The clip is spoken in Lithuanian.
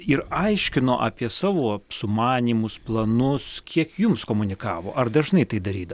ir aiškino apie savo sumanymus planus kiek jums komunikavo ar dažnai tai darytdavo